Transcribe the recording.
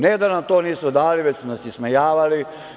Ne da nam to nisu dali, već su nas ismejavali.